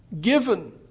given